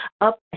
Up